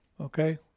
Okay